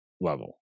level